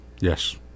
Yes